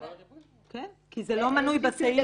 כי זה לא מנוי בסעיף.